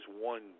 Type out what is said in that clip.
one